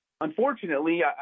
unfortunately